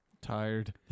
Tired